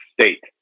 state